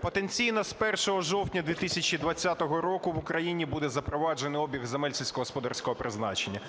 Потенційно, з 1 жовтня 2020 року в Україні буде запроваджено обіг земель сільськогосподарського призначення.